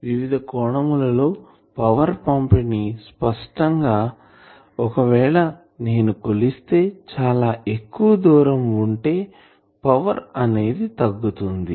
వివిధ కోణముల లో పవర్ పంపిణి స్పష్టంగా ఒకవేళ నేను కొలిస్తే చాలా ఎక్కువ దూరం ఉంటే పవర్ అనేది తగ్గుతుంది